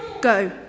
Go